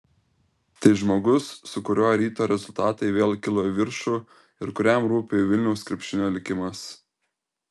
tai žmogus su kuriuo ryto rezultatai vėl kilo į viršų ir kuriam rūpi vilniaus krepšinio likimas